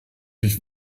ich